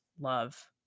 love